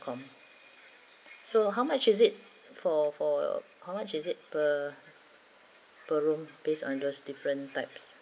com so how much is it for for how much is it per per room based on those different types